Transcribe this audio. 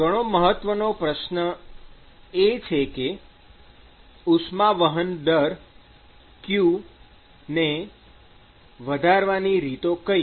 ઘણો મહત્વનો પ્રશ્ન એ છે કે ઉષ્મા વહન દર q ને વધારવાની રીતો કઈ